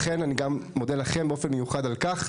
לכן, אני גם מודה לכם באופן מיוחד על כך.